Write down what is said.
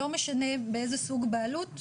לא משנה באיזה סוג הבעלות,